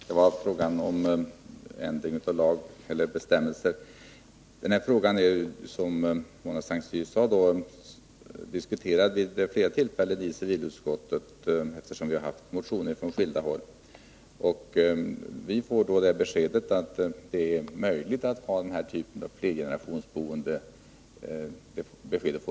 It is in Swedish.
Herr talman! Denna fråga har, som Mona S:t Cyr sade, diskuterats vid flera tillfällen i civilutskottet, eftersom vi har haft motioner från skilda håll. Vi har från bostadsstyrelsen fått beskedet att det är möjligt att ha den här typen av tregenerationsboende.